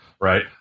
Right